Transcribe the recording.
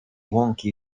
łąki